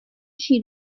she